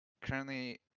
currently